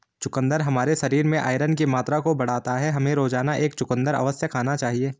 चुकंदर हमारे शरीर में आयरन की मात्रा को बढ़ाता है, हमें रोजाना एक चुकंदर अवश्य खाना चाहिए